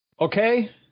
Okay